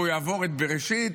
והוא יעבור את בראשית,